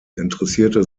interessierte